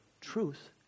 truth